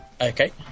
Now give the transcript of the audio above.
Okay